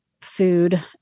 food